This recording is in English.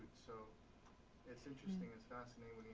so it's interesting. it's fascinating